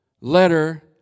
Letter